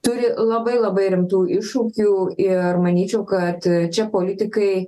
turi labai labai rimtų iššūkių ir manyčiau kad čia politikai